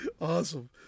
Awesome